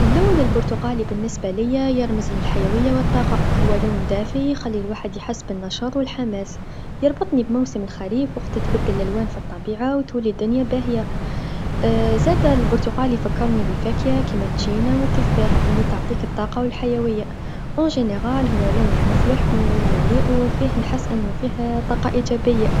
اللون البرتقالي بالنسبه ليا يرمز للحيويه و الطاقه، هو لون دافي يخلي الواحد يحس بالنشاط و الحماس يربطني بموسم الخريق وقت تتبدل الألوان في الطبيعه و تولي الدنيا باهيا زادا البرتقالي يفكرني بالفاكهه كيما التشينا و التفاح لتعطيك الطاقه و الحيويه، بصفه عامه هو لون مفرح و مليء و فيه نحس أنو فيه طاقه ايجابيه.